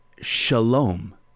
shalom